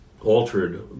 altered